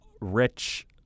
rich